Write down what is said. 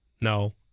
No